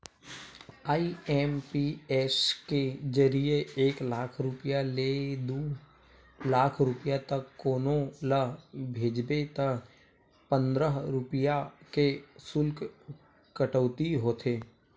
IMPS के जरिए एक लाख रूपिया ले दू लाख रूपिया तक कोनो ल भेजबे त पंद्रह रूपिया के सुल्क कटउती होथे